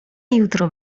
jutro